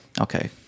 Okay